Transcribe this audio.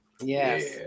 Yes